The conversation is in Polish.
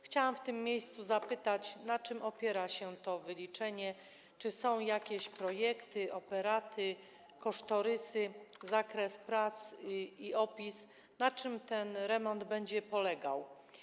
Chciałam w tym miejscu zapytać: Na czym opiera się to wyliczenie, czy są jakieś projekty, operaty, kosztorysy, zakres prac i opis, na czym ten remont będzie polegał?